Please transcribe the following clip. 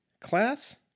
class